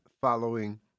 following